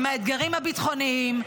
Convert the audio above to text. עם האתגרים הביטחוניים,